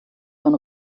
von